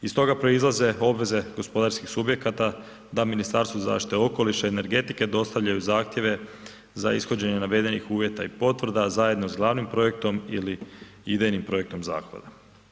Iz toga proizlaze obveze gospodarskih subjekata da Ministarstvu zaštite okoliša i energetike dostavljaju zahtjeve za ishođenje navedenih uvjeta i potvrda zajedno sa glavnim projektom ili idejnim projektom zakona.